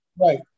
Right